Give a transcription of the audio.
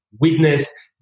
witness